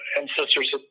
ancestors